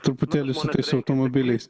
truputėlį su tais automobiliais